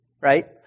right